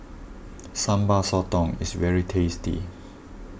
Sambal Sotong is very tasty